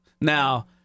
Now